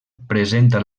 presenta